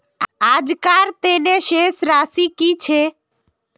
आजकार तने शेष राशि कि छे?